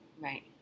Right